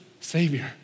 savior